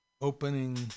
opening